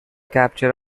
capture